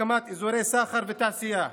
הקמת אזורי סחר ותעשייה.